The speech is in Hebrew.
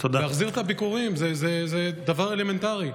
להחזיר את הביקורים זה דבר אלמנטרי.